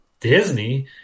disney